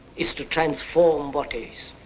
is to transform what is.